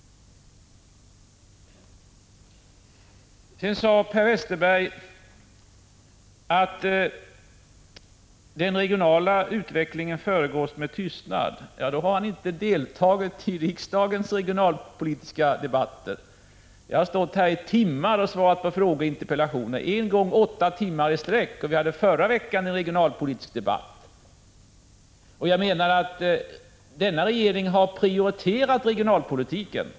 Per Westerberg sade att den regionala utvecklingen förbigås med tystnad. Då har han inte deltagit i riksdagens regionalpolitiska debatter. Jag har stått här i timmar och svarat på frågor och interpellationer — en gång åtta timmar i sträck — och vi hade förra veckan en regionalpolitisk debatt. Jag menar att denna regering har prioriterat regionalpolitiken.